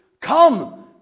Come